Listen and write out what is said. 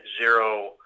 zero